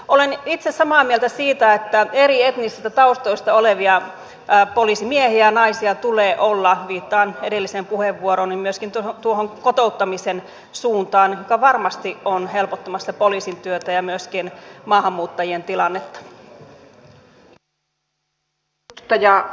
olen itse samaa mieltä siitä että eri etnisistä taustoista olevia poliisimiehiä ja naisia tulee olla viittaan edelliseen puheenvuorooni ja myöskin tuohon kotouttamisen suuntaan joka varmasti on helpottamassa poliisin työtä ja myöskin maahanmuuttajien tilannetta